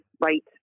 right